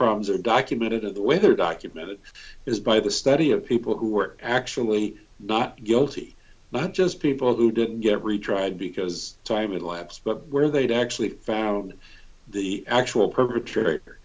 problems are documented of the weather documented is by the study of people who were actually not guilty but just people who didn't get retried because time elapsed but where they'd actually found the actual perpetrator